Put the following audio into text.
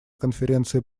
конференции